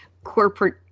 corporate